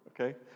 okay